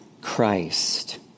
Christ